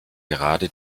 gerade